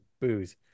booze